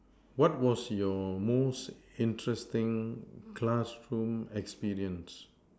what was your most interesting classroom experience